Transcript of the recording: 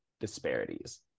disparities